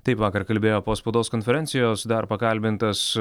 taip vakar kalbėjo po spaudos konferencijos dar pakalbintas